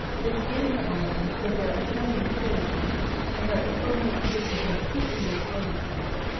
it was in her angers with their attendant cruelties that her inordinate egotism chiefly displayed itself.